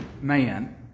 man